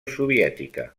soviètica